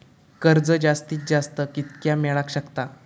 कर्ज जास्तीत जास्त कितक्या मेळाक शकता?